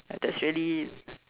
that's really